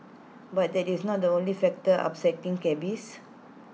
but that is not the only factor upsetting cabbies